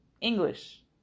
English